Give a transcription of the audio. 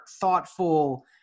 thoughtful